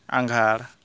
ᱟᱸᱜᱷᱟᱲ